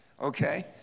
Okay